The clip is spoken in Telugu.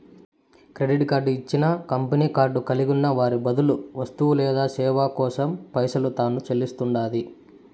కెడిట్ కార్డు ఇచ్చిన కంపెనీ కార్డు కలిగున్న వారి బదులు వస్తువు లేదా సేవ కోసరం పైసలు తాను సెల్లిస్తండాది